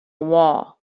wall